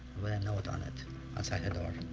with a note on it outside the door